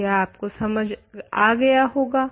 तो यह आपको समझ आ गया होगा